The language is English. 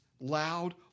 loud